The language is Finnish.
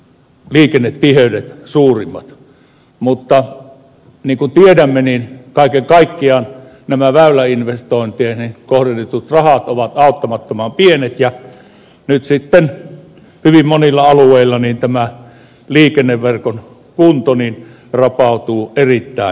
mutta niin kuin tiedämme kaiken kaikkiaan nämä väyläinvestointeihin kohdennetut rahat ovat auttamattoman pienet ja nyt sitten hyvin monilla alueilla tämä liikenneverkon kunto rapautuu erittäin nopeasti